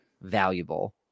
valuable